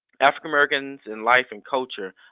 african-americans in life and culture,